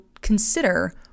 consider